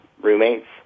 roommates